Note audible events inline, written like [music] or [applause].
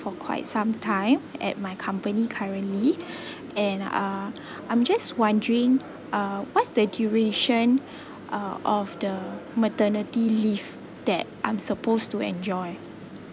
for quite some time at my company currently [breath] and uh I'm just wondering uh what's the duration uh of the maternity leave that I'm supposed to enjoy